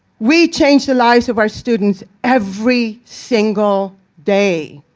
we change the lives of our students every single day.